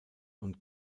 und